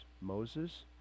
Moses